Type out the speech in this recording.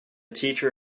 teacher